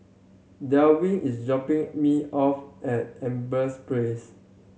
Delwin is dropping me off at Empress Place